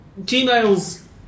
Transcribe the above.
Gmail's